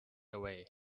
away